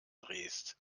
drehst